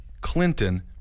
Clinton